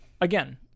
again